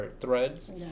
threads